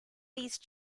these